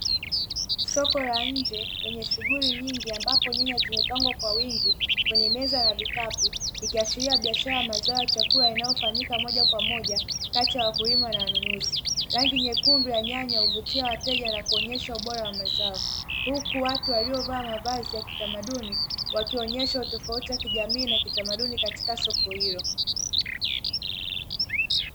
Soko la nje lenye shughuli nyingi ambapo nyanya zimepangwa kwa wingi kwenye meza na vikapu likiashiria biashara ya mazao chakula inayofanyika moja kwa moja kati ya wakulima na wanunuzi. Rangi nyekundu ya nyanya huvutia wateja na kuonyesha ubora wa mazao, huku watu waliovaa mavazi ya kitamaduni wakionyesha utofauti wa kijamii na kitamaduni katika soko hilo.